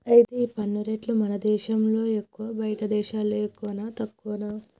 అయితే ఈ పన్ను రేట్లు మన దేశంలో ఎక్కువా బయటి దేశాల్లో ఎక్కువనా తక్కువనా